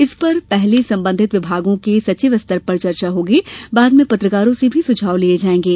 इस पर पहले संबंधित विभागों के सचिवस्तर पर चर्चा होगी बाद में पत्रकारों से भी सुझाव लिये जायेंगें